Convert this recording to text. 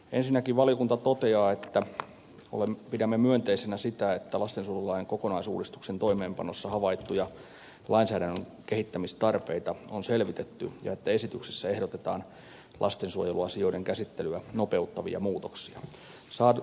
ensinnäkin valiokunta toteaa että pidämme myönteisenä sitä että lastensuojelulain kokonaisuudistuksen toimeenpanossa havaittuja lainsäädännön kehittämistarpeita on selvitetty ja että esityksessä ehdotetaan lastensuojeluasioiden käsittelyä nopeuttavia muutoksia